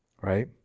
right